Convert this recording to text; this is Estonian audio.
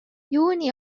juuni